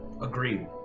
Agreed